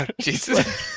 Jesus